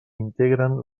integren